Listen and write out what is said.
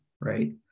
right